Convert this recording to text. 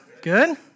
Good